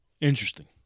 Interesting